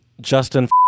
Justin